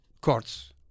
courts